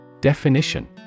Definition